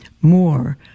more